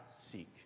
seek